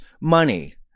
money